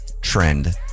trend